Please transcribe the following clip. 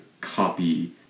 copy